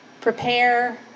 prepare